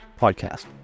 Podcast